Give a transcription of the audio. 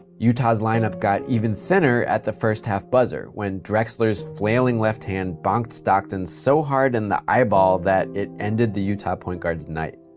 utah's lineup got even thinner at the first half buzzer when drexler's flailing left hand bonked stockton so hard in the eyeball that it ended the utah point guard's night.